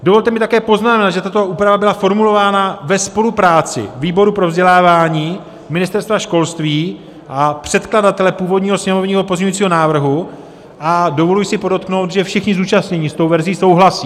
Dovolte mi také poznamenat, že tato úprava byla formulována ve spolupráci výboru pro vzdělávání, Ministerstva školství a předkladatele původního sněmovního pozměňovacího návrhu a dovoluji si podotknout, že všichni zúčastnění s tou verzí souhlasí.